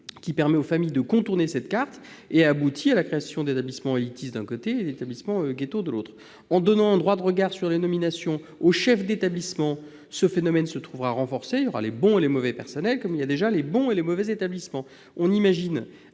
Il permet aux familles de contourner la carte, ce qui concourt à la création d'établissements élitistes et d'établissements ghettos ! En donnant un droit de regard sur les nominations aux chefs d'établissements, ce phénomène se trouvera renforcé : il y aura les « bons » et les « mauvais » personnels, comme il y a déjà les « bons » et les « mauvais » établissements. On imagine